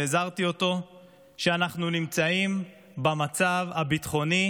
והזהרתי אותו שאנחנו נמצאים במצב הביטחוני